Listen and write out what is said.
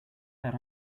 that